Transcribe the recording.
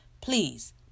please